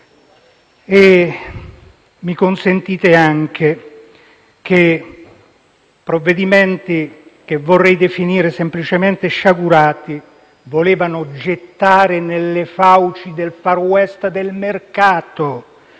di ribadire che provvedimenti, che vorrei definire semplicemente sciagurati, volevano gettarci nelle fauci del *far west* del mercato